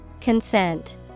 Consent